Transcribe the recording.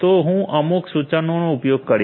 તો હું અમુક સૂચનાનો ઉપયોગ કરીશ